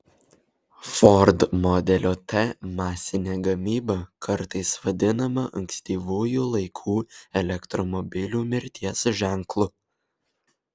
ford modelio t masinė gamyba kartais vadinama ankstyvųjų laikų elektromobilių mirties ženklu